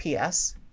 ps